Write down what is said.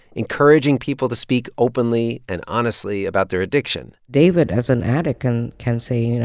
encouraging people to speak openly and honestly about their addiction david, as an addict and can say, you know,